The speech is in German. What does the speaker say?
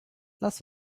lass